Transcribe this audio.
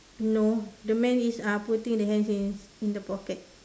no the man is uh putting the hands in the pocket